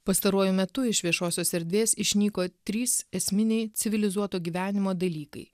pastaruoju metu iš viešosios erdvės išnyko trys esminiai civilizuoto gyvenimo dalykai